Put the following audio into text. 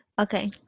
Okay